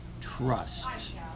Trust